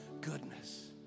goodness